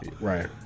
Right